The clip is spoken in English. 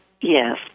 Yes